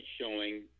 showing